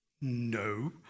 No